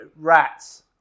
rats